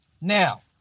now